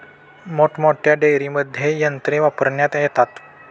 मोठमोठ्या डेअरींमध्ये यंत्रे वापरण्यात येतात